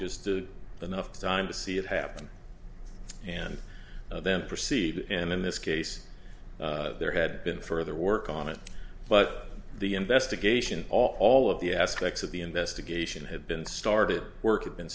just to the nuff time to see it happen and then proceed and in this case there had been further work on it but the investigation all of the aspects of the investigation had been started working